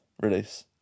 release